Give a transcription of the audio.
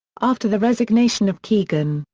after the resignation of keegan,